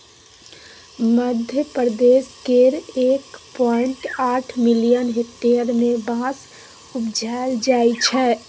मध्यप्रदेश केर एक पॉइंट आठ मिलियन हेक्टेयर मे बाँस उपजाएल जाइ छै